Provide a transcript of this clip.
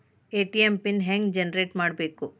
ATM PIN ಹೆಂಗ್ generate ಮಾಡಬೇಕು?